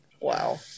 wow